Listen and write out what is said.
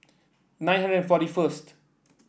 nine hundred forty first